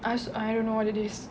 I I don't know what it is